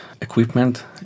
equipment